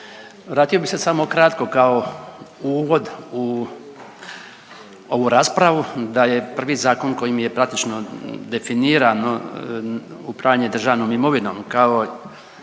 Vratio bi se samo kratko kao uvod u ovu raspravu da je prvi zakon kojim je praktično definirano upravljanje državnom imovinom kao